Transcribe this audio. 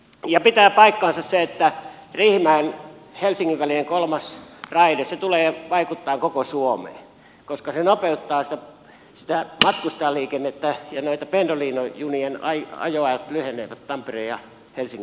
ja pitää paikkansa se että riihimäen ja helsingin välinen kolmas raide tulee vaikuttamaan koko suomeen koska se nopeuttaa sitä matkustajaliikennettä ja näiden pendolino junien ajoajat lyhenevät tampereen ja helsingin välillä